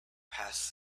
passed